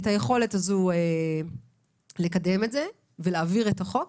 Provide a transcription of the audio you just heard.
את היכולת הזאת לקדם את זה ולהעביר את החוק,